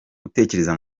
gutekereza